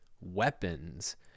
weapons